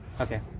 Okay